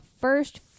first